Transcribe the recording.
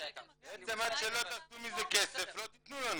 בעצם עד שלא תעשו מזה כסף לא תתנו לנו.